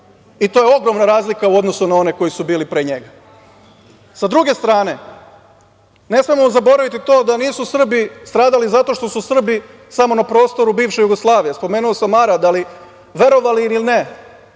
To je ogromna razlika u odnosu na one koji su bili pre njega.S druge strane, ne smemo zaboraviti to da nisu Srbi stradali zato što su Srbi samo na prostoru bivše Jugoslavije. Spomenuo sam Arad, ali verovali ili ne,